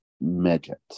midget